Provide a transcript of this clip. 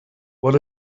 what